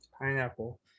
Pineapple